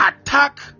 attack